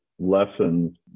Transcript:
lessons